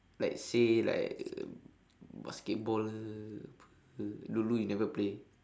let's say like basketball ke apa ke dulu you never play